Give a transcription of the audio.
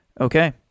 Okay